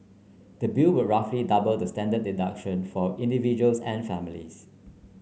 the bill would roughly double the standard deduction for individuals and families